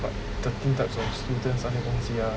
like thirteen types of students ah 的东西 ah